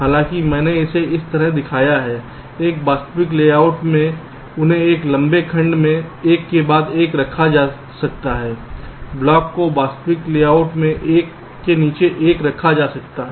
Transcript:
हालांकि मैंने इसे इस तरह दिखाया है एक वास्तविक लेआउट में उन्हें एक लंबे खंड में एक के बाद एक रखा जा सकता है ब्लॉक को वास्तविक लेआउट में एक के नीचे एक नहीं रखा जा सकता है